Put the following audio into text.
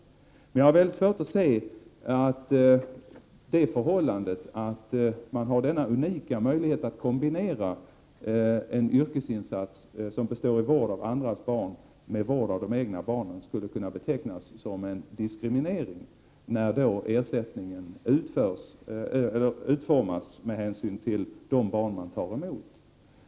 Jag har emellertid svårt att förstå att det förhållandet att man har denna unika möjlighet att kombinera en yrkesinsats som består av vård av andras barn med vård av de egna barnen skulle kunna betecknas som diskriminering, när ersättningen utformas med hänsyn till de barn man tar emot.